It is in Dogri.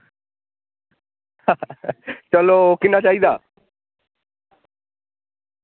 चलो किन्ना चाहिदा